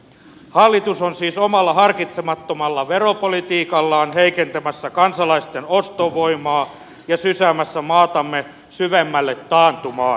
hallitus on siis omalla harkitsemattomalla veropolitiikallaan heikentämässä kansalaisten ostovoimaa ja sysäämässä maatamme syvemmälle taantumaan